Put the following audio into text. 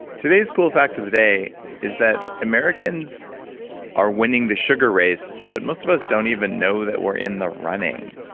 today's cool fact of the day is that americans are winning the sugar race, but most of us don't even know that we're in the running.